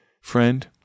Friend